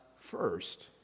first